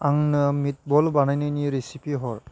आंनो मिटबल बानायनायनि रेसिपि हर